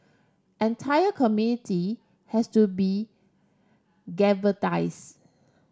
entire community has to be